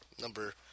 number